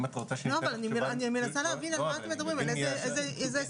אם את רוצה --- אני מנסה להבין איזה הסכמים.